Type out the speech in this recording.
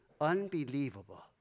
unbelievable